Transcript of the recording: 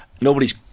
nobody's